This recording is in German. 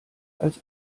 als